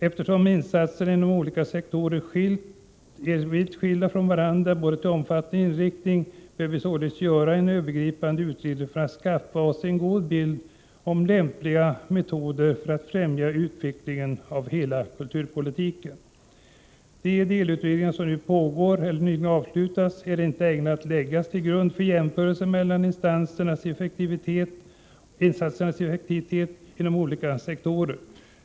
Eftersom insatserna inom olika sektorer är vitt skilda från varandra till både omfattning och inriktning, bör vi genom en övergripande utredning kunna skaffa oss en god bild av lämpliga metoder för att främja en utveckling av hela kulturpolitiken. De delutredningar som nu pågår eller nyligen avslutats är inte ägnade att läggas till grund för jämförelser mellan insatsernas effektivitet inom olika sektorer.